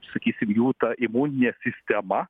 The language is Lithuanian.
sakysim jų ta imuninė sistema